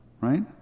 right